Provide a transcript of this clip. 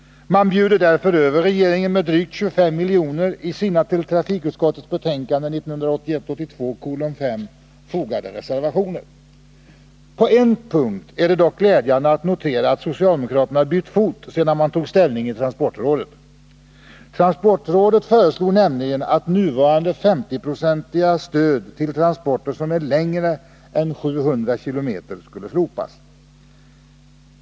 Man bjuder därför över regeringen med drygt 25 miljoner i sina till trafikutskottets betänkande 1981/82:5 fogade reservationer. På en punkt är det dock glädjande att notera att socialdemokraterna bytt fot sedan man tog ställning i transportrådet. Transportrådet föreslog nämligen att nuvarande 50-procentiga stöd till transporter som är längre än 700 km skulle slopas.